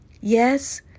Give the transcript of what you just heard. Yes